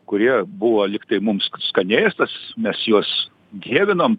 kurie buvo lyg tai mums skanėstas mes juos dievinom